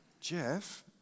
Jeff